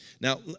Now